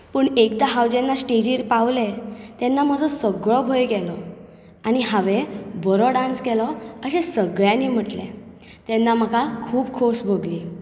पूण एकदां हांव जेन्ना स्टेजीर पावलें तेन्ना म्हजो सगळो भंय गेलो आनी हावें बरो डांस केलो अशें सगळ्यांनी म्हळें तेन्ना म्हाका खूब खोस भोगली